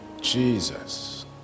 Jesus